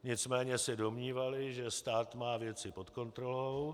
Nicméně se domnívali, že stát má věci pod kontrolou.